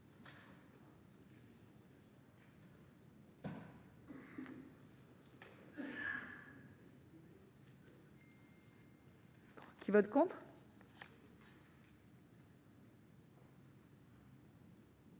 Qui vote contre.